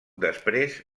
després